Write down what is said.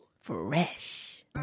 Fresh